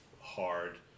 hard